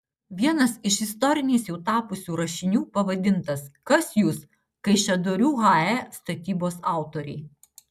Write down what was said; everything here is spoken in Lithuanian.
vienas iš istoriniais jau tapusių rašinių pavadintas kas jūs kaišiadorių hae statybos autoriai